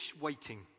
waiting